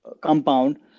compound